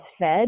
fed